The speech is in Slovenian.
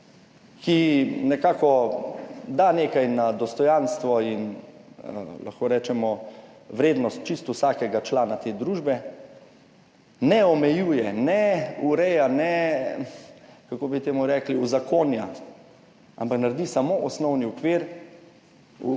ki nekako da nekaj na dostojanstvo in lahko rečemo vrednost čisto vsakega člana te družbe ne omejuje, ne ureja, ne kako bi temu rekli, uzakonja, ampak naredi samo osnovni okvir, v okviru